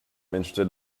interested